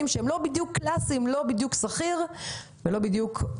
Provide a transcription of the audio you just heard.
שהם לא בדיוק מקרים קלאסיים של שכיר או עצמאי.